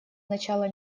начала